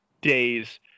days